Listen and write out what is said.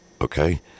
okay